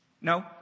No